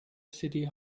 city